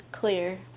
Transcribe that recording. clear